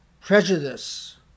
prejudice